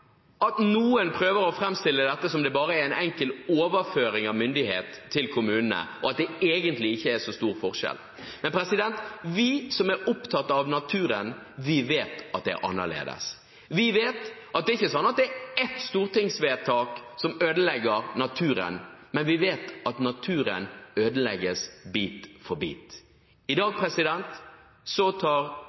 at det egentlig ikke er så stor forskjell. Men vi som er opptatt av naturen, vet at det er annerledes. Vi vet at det ikke er sånn at det er ett stortingsvedtak som ødelegger naturen, men vi vet at naturen ødelegges bit for bit. I dag overkjører Stortingets flertall flertallet i det norske folk. I dag tar